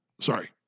sorry